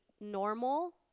normal